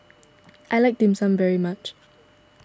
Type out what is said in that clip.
I like Dim Sum very much